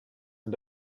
and